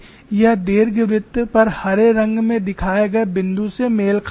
यह दीर्घवृत्त पर हरे रंग में दिखाए गए बिंदु से मेल खाती है